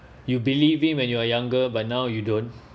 you believing when you are younger but now you don't